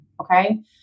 Okay